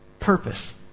Purpose